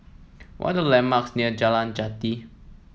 what the landmarks near Jalan Jati